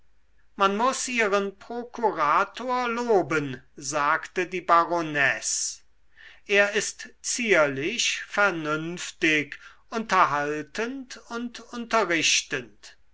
man muß ihren prokurator loben sagte die baronesse er ist zierlich vernünftig unterhaltend und unterrichtend